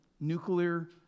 nuclear